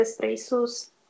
Jesus